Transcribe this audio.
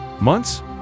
Months